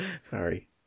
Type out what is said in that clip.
Sorry